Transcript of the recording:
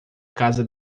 casa